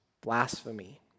blasphemy